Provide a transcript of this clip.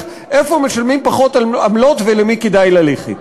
איפה משלמים פחות עמלות ולמי כדאי ללכת.